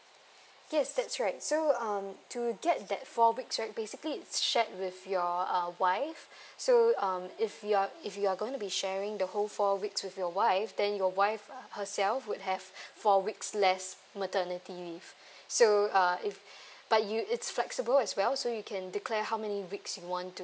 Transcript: yes that's right so um to get that four weeks right basically it's shared with your uh wife so um if you are if you are going to be sharing the whole four weeks with your wife then your wife herself would have four weeks less maternity leave so uh if but you it's flexible as well so you can declare how many weeks you want to